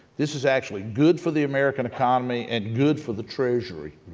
this is actually good for the american economy and good for the treasury,